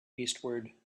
eastward